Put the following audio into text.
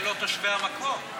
זה לא תושבי המקום,